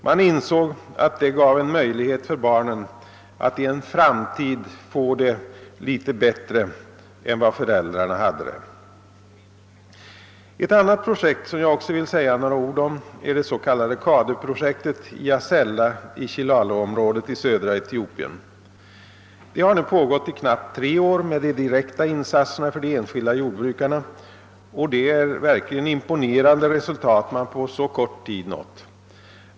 Man insåg att det gav en möjlighet för barnen att i en framtid få det litet bättre än vad föräldrarna hade det. Ett annat projekt som jag också vill säga några ord om är det s.k. CADU projektet i Asella i Chilalo-området i södra Etiopien. Det har nu pågått i knappt tre år med de direkta insatserna för de enskilda jordbrukarna, och det är verkligen imponerande resultat man på så kort tid nått.